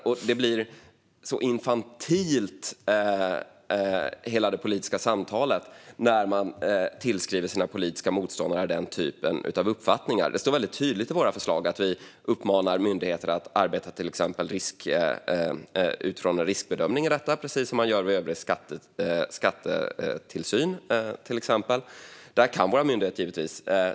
Hela det politiska samtalet blir så infantilt när man tillskriver sina politiska motståndare den typen av uppfattningar. Det står tydligt i våra förslag att vi uppmanar myndigheter att arbeta till exempel utifrån en riskbedömning i detta, precis som man gör vid övrig skattetillsyn. Det här kan våra myndigheter givetvis.